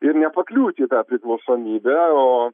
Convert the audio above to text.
ir nepakliūt į tą priklausomybę o